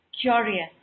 Curious